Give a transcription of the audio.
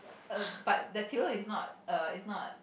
a but the pillow is not err is not